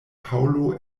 paŭlo